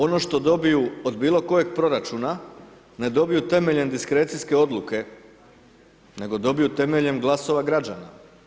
Ono što dobiju od bilo kojeg proračuna ne dobiju temeljem diskrecijske odluke, nego dobiju temeljem glasova građana.